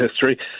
history